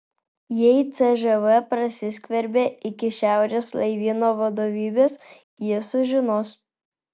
jei cžv prasiskverbė iki šiaurės laivyno vadovybės jis sužinos